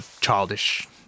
childish